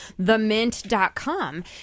themint.com